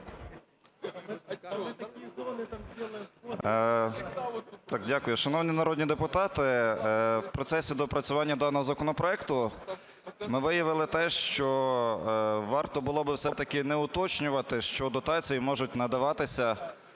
Дякую. Шановні народні депутати, в процесі доопрацювання даного законопроекту ми виявили те, що варто було би все-таки не уточнювати, що дотації можуть надаватися